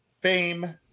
fame